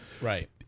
right